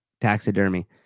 taxidermy